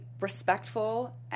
respectful